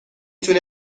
تونه